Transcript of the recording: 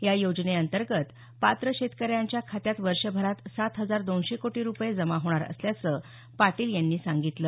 या योजनेंतर्गत पात्र शेतकऱ्यांच्या खात्यात वर्षभरात सात हजार दोनशे कोटी रुपये जमा होणार असल्याचं पाटील यांनी सांगितलं